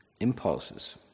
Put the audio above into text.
impulses